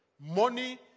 money